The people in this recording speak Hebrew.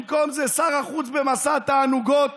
במקום זה שר החוץ במסע תענוגות